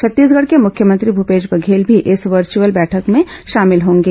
छत्तीसगढ़ के मुख्यमंत्री भूपेश बघेल भी इस वर्चुअल बैठक में शामिल होंगे